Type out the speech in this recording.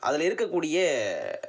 அதிலிருக்கக்கூடிய